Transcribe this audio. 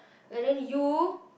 and then you